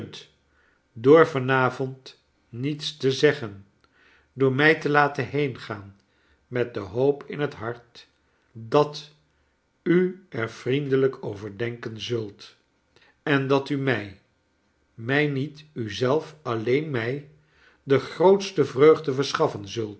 door van avond niets te zeggen door mij te laten heengaan met de hoop in het hart dat u er vriendelijk over denken zult en dat u mij mij niet u zelr alleen mij de grootste vreugde verschaflen zult